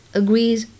agrees